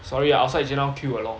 sorry ah outside just now queue a lot